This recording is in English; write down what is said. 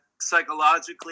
psychologically